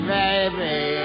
baby